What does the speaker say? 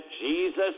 Jesus